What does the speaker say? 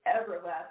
everlasting